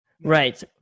Right